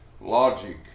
logic